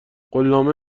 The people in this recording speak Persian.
قولنامه